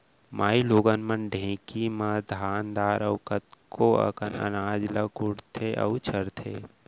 माइलोगन मन ढेंकी म धान दार अउ कतको अकन अनाज ल कुटथें अउ छरथें